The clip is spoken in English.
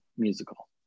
musical